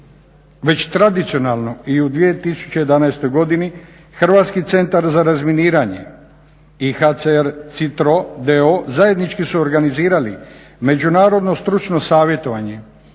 Već tradicionalno i u 2011. godini Hrvatski centar za razminiranje i HCR CITRO d.o.o. zajednički su organizirali međunarodno stručno savjetovanje